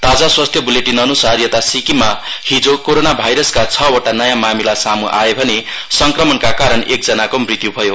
ताजा स्वास्थ्य ब्लेटिनअनुसार यता सिक्किममा हिजो कोरोना भाइरसका छहवटा नयाँ मामिला सामू आए भने संक्रमणका कारण एकजनाको मृत्यू भयो